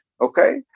okay